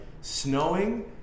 snowing